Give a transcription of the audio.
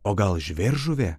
o gal žvėržuvė